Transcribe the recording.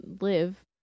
live